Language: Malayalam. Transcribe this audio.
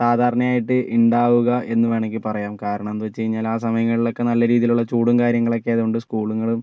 സാധാരണ ആയിട്ട് ഉണ്ടാവുക എന്ന് വേണമെങ്കിൽ പറയാം കാരണം എന്ന് വച്ച് കഴിഞ്ഞാൽ ആ സമയങ്ങളിലൊക്കെ നല്ല രീതിയിലുള്ള ചൂട് കാര്യങ്ങളൊക്കെ ആയത്കൊണ്ട് സ്കൂളുകളും